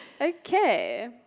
Okay